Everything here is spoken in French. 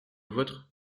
vôtre